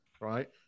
Right